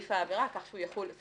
סעיף האגרה הקיים,